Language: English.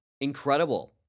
incredible